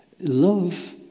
Love